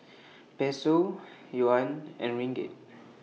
Peso Yuan and Ringgit